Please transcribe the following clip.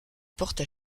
porte